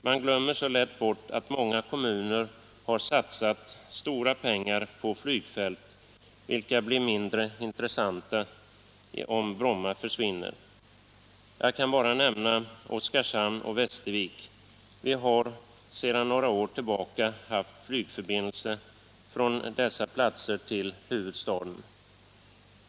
Man glömmer så lätt bort att många kommuner satsat stora pengar på flygfält, vilka blir mindre intressanta om Bromma försvinner. Jag kan bara nämna Oskarshamn och Västervik. Vi har sedan några år flygförbindelse från dessa platser till huvudstaden.